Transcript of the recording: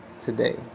today